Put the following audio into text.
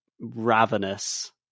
ravenous